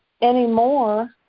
anymore